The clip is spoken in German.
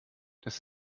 das